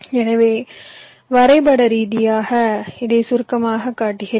எனவே வரைபட ரீதியாக இதைச் சுருக்கமாகக் காட்டுகிறேன்